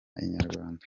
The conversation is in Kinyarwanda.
inyarwanda